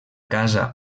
casa